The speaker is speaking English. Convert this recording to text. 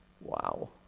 Wow